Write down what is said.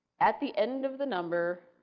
at the end of the number,